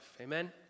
Amen